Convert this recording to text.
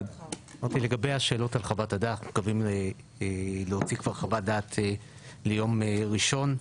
אנחנו מקווים להוציא חוות דעת ליום ראשון.